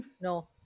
No